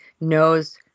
knows